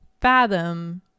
fathom